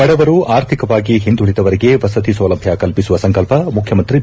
ಬಡವರು ಆರ್ಥಿಕವಾಗಿ ಹಿಂದುಳಿದವರಿಗೆ ವಸತಿ ಸೌಲಭ್ಯ ಕಲ್ಪಿಸುವ ಸಂಕಲ್ಪ ಮುಖ್ಯಮಂತ್ರಿ ಬಿ